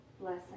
blessing